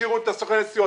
השאירו את סוכני הנסיעות,